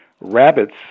rabbits